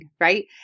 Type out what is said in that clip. right